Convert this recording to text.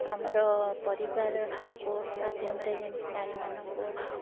ଆମର ପରିବାର କୋର୍ଟ୍ ମାଧ୍ୟମରେ ଯେମିତି ନାରୀମାନଙ୍କୁ